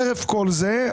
חרף כל זה,